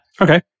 okay